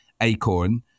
Acorn